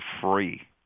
free